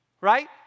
Right